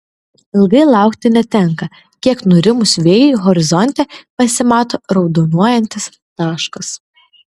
ilgai laukti netenka kiek nurimus vėjui horizonte pasimato raudonuojantis taškas